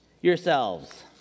yourselves